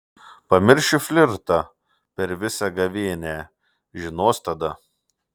pamiršiu flirtą per visą gavėnią žinos tada